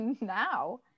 now